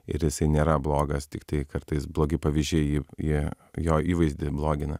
ir jisai nėra blogas tiktai kartais blogi pavyzdžiai jie jo įvaizdį blogina